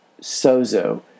sozo